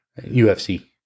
UFC